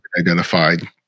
identified